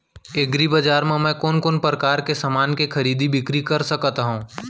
एग्रीबजार मा मैं कोन कोन परकार के समान के खरीदी बिक्री कर सकत हव?